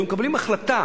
היו מקבלים החלטה